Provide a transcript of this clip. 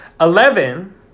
Eleven